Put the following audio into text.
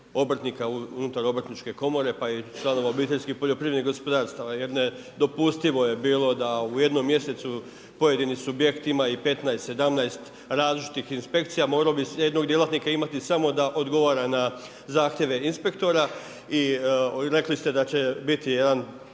obrtnika unutar obrtničke komore pa i članova OPG-a jer nedopustivo je bilo da u jednom mjesecu pojedino subjekti imaju i 15 i 17 različitih inspekcija, morao bi jednog djelatnika imati samo da odgovara na zahtjeve inspektora i rekli ste da će biti jedan